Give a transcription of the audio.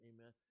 Amen